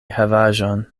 havaĵon